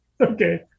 okay